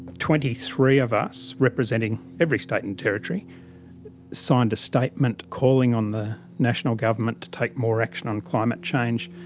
twenty three of us representing every state and territory signed a statement calling on the national government to take more action on climate change,